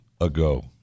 ago